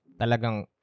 Talagang